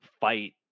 fight